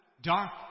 Dark